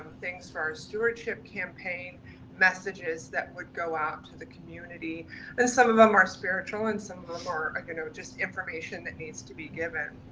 things for our stewardship campaign messages that would go out to the community and some of them are spiritual and some of them are you know, just information that needs to be given.